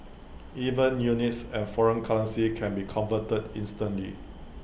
even units and foreign currencies can be converted instantly